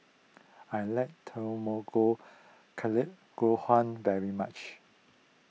I like Tamago Kake Gohan very much